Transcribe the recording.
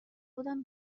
بودن